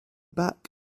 back